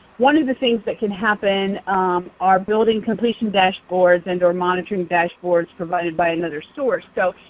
one of the things that can happen are building completion dashboards and or monitoring dashboards provided by another source. so,